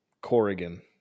Corrigan